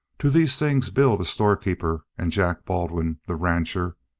to these things bill, the storekeeper, and jack baldwin, the rancher,